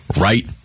right